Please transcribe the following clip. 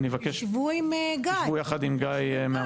אני מבקש שתשבו יחד עם גיא.